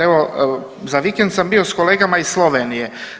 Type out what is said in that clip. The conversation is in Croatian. Evo za vikend sam bio s kolega iz Slovenije.